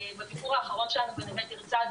בביקור האחרון שלנו בנווה תרצה,